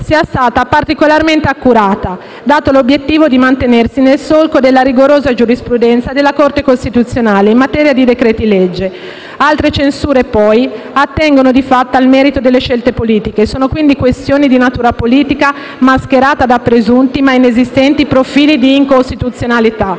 sia stata particolarmente accurata, dato l'obiettivo di mantenersi nel solco della rigorosa giurisprudenza della Corte costituzionale in materia di decreti-legge. Altre censure, poi, attengono di fatto al merito delle scelte politiche e sono quindi questioni di natura politica mascherate da presunti, ma inesistenti, profili di incostituzionalità.